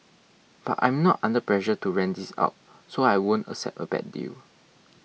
but I'm not under pressure to rent this out so I won't accept a bad deal